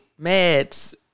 meds